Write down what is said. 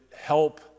help